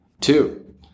Two